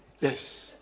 Yes